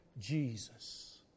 Jesus